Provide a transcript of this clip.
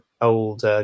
old